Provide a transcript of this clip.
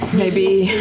maybe